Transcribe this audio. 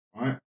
right